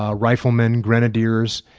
ah riflemen, grenadiers,